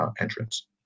entrance